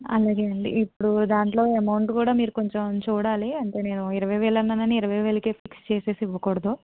అలాగే అండి ఇప్పుడు దాంట్లో అమౌంట్ కూడా మీరు కొంచెం చూడాలి అంటే నేను ఇరవై వేలు అన్నానని ఇరవై వేలకు ఫిక్స్ చేసి ఇవ్వకూడదు